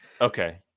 Okay